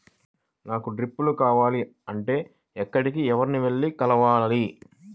నాకు డ్రిప్లు కావాలి అంటే ఎక్కడికి, ఎవరిని వెళ్లి కలవాలి?